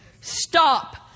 stop